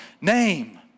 name